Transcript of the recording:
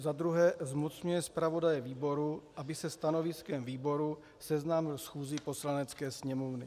Za druhé, zmocňuje zpravodaje výboru, aby se stanoviskem výboru seznámil schůzi Poslanecké sněmovny.